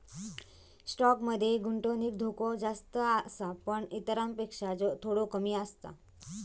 stock मध्ये गुंतवणुकीत धोको जास्त आसा पण इतरांपेक्षा थोडो कमी आसा